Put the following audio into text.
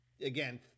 Again